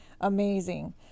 Amazing